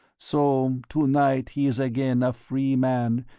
so to-night he is again a free man,